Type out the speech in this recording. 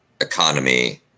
economy